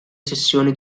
sessioni